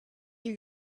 you